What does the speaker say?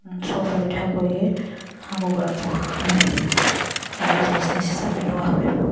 চব সুবিধা কৰিয়ে হাঁহ কুকুৰা পোহা হয় আৰু বিজনেছ হিচাপে লোৱা হয়